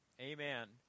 Amen